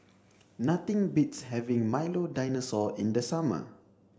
nothing beats having Milo Dinosaur in the summer